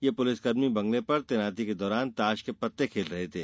ये पुलिसकर्मी बंगले पर तैनाती के दौरान ताश के पत्ते खेल रहे थे